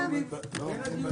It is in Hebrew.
12:10.